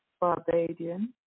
Barbadian